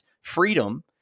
freedom